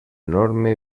enorme